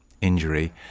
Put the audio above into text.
injury